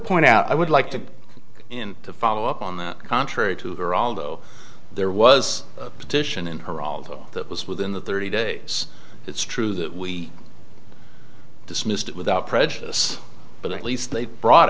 point out i would like to go in to follow up on that contrary to her although there was a petition in her although that was within the thirty days it's true that we dismissed without prejudice but at least they brought